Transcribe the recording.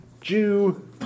Jew